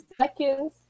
seconds